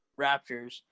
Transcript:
Raptors